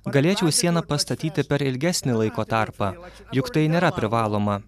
galėčiau sieną pastatyti per ilgesnį laiko tarpą juk tai nėra privaloma